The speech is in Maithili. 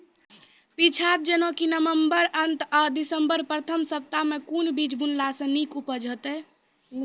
पीछात जेनाकि नवम्बर अंत आ दिसम्बर प्रथम सप्ताह मे कून बीज बुनलास नीक उपज हेते?